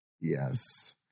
Yes